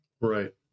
Right